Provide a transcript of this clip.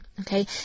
Okay